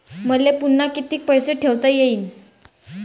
मले पुन्हा कितीक पैसे ठेवता येईन?